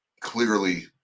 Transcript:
clearly